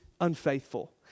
unfaithful